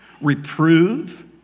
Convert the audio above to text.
Reprove